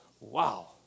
Wow